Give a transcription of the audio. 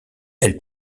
elle